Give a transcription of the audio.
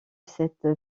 cette